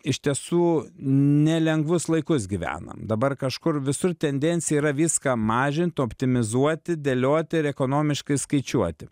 iš tiesų nelengvus laikus gyvenam dabar kažkur visur tendencija yra viską mažint optimizuoti dėlioti ir ekonomiškai skaičiuoti